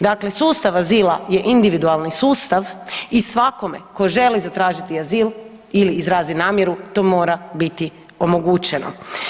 Dakle, sustav azila je individualni sustav i svakome tko želi zatražiti azil ili izrazi namjeru o mora biti omogućeno.